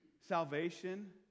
salvation